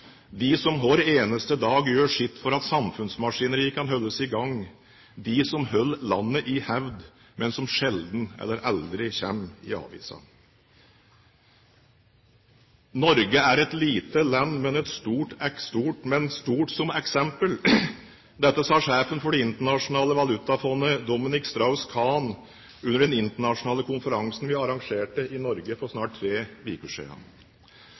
de som hver eneste dag gjør sitt for at samfunnsmaskineriet kan holdes i gang, de som holder landet i hevd, men som sjelden eller aldri kommer i avisene. «Norge er et lite land, men stort som eksempel.» Dette sa sjefen for det internasjonale valutafond, Dominique Strauss-Kahn, under den internasjonale konferansen vi arrangerte i Norge for snart tre